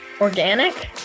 organic